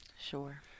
Sure